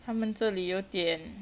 他们这里有点